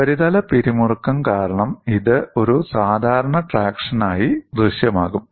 ഉപരിതല പിരിമുറുക്കം കാരണം ഇത് ഒരു സാധാരണ ട്രാക്ഷനായി ദൃശ്യമാകും